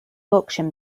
auction